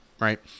right